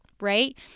Right